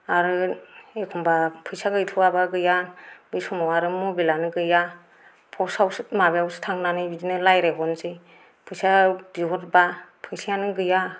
आरो एखनबा फैसा गैथ'वाबा गैया बै समाव आरो मबाइलआनो गैया पस्तआवसो माबायावसो थांनानै बिदिनो रायज्लाय हरनोसै फैसा बिहरबा फैसायानो गैया